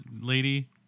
lady